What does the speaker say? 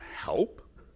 help